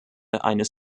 eines